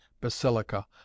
Basilica